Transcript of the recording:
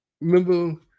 Remember